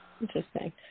Interesting